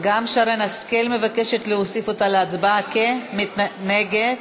מבקשת להוסיף אותה להצבעה, כנגד.